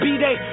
B-Day